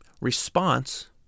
response